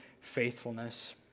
faithfulness